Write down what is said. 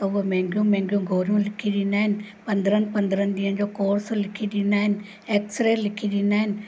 त उहो महिंगियूं महिंगियूं गोरियूं लिखी ॾींदा आहिनि पंद्रहनि पंद्रहनि ॾींहनि जो कोर्स लिखी ॾींदा आहिनि एक्स रे लिखी ॾींदा आहिनि